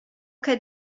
ch’ei